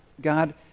God